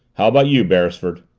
how about you, beresford?